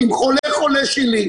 עם כל חולה שלי,